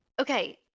Okay